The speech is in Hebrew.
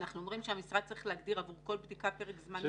אנחנו אומרים שהמשרד צריך להגדיר עבור כל בדיקה פרק זמן מרבי.